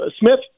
Smith –